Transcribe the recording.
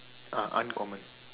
uh uncommon